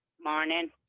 morning